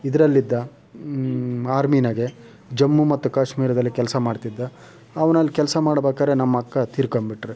ಇದರಲ್ಲಿದ್ದ ಆರ್ಮಿಯಾಗೆ ಜಮ್ಮು ಮತ್ತು ಕಾಶ್ಮೀರದಲ್ಲಿ ಕೆಲಸ ಮಾಡ್ತಿದ್ದ ಅವ್ನಲ್ಲಿ ಕೆಲಸ ಮಾಡ್ಬೇಕಾದ್ರೆ ನಮ್ಮಕ್ಕ ತೀರ್ಕೊಂಬಿಟ್ರು